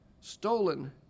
Stolen